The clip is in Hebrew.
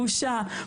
בושה,